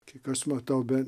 kiek aš matau be